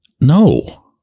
No